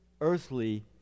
earthly